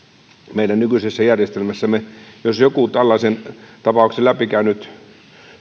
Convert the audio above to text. meidän nykyisessä järjestelmässämme joku tällaisen tapauksen läpikäynyt